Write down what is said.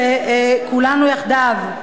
שכולנו יחדיו,